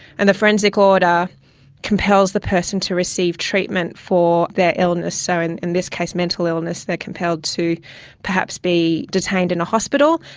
and the forensic order compels the person to receive treatment for their illness, so in in this case mental illness, they're compelled to perhaps be detained in a hospital,